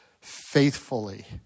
Faithfully